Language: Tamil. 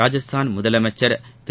ராஜஸ்தான் முதலமைச்சா் திரு